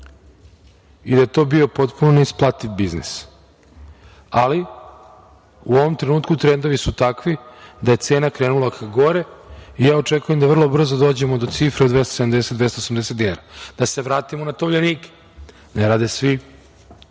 i da je to bio potpuno neisplativ biznis, ali u ovom trenutku trendovi su takvi da je cena ka gore i očekujem da vrlo brzo dođemo do cifre od 270, 280 dinara, da se vratimo na tovljenike. Ne rade svi